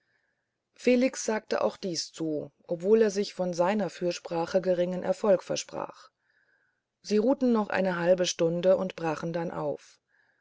felix sagte auch dies zu obwohl er sich von seiner fürsprache geringen erfolg versprach sie ruhten noch eine halbe stunde und brachen dann auf